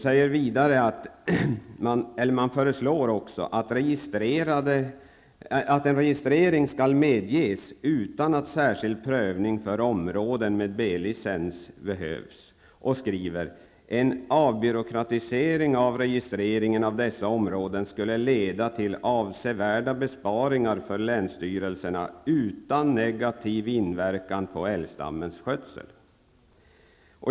Naturvårdsverket föreslår också att registrering skall medges utan särskild prövning för områden med B-licens och skriver: ''En avbyråkratisering av registreringen av dessa områden skulle leda till avsevärda besparingar för länsstyrelserna utan negativ inverkan på älgstammens skötsel.''